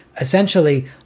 essentially